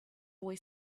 boy